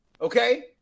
Okay